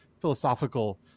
philosophical